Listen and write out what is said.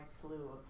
slew